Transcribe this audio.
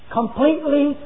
completely